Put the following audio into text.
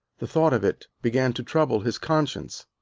the thought of it began to trouble his conscience.